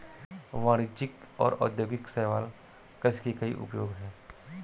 वाणिज्यिक और औद्योगिक शैवाल कृषि के कई उपयोग हैं